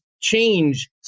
change